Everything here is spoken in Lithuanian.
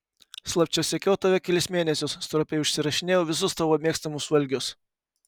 slapčia sekiau tave kelis mėnesius stropiai užsirašinėjau visus tavo mėgstamus valgius